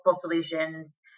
solutions